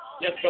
Yes